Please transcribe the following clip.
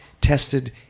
tested